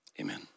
amen